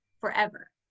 forever